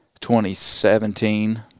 2017